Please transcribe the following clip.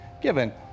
given